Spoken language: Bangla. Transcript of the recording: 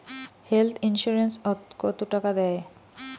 হেল্থ ইন্সুরেন্স ওত কত টাকা দেয়?